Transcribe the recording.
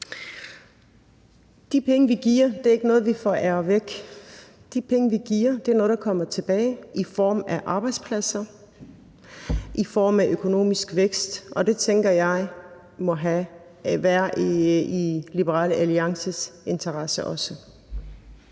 De penge, vi giver, er ikke nogen, vi forærer væk. De penge, vi giver, er noget, der kommer tilbage i form af arbejdspladser, i form af økonomisk vækst – og det tænker jeg må være i Liberal Alliances interesse også.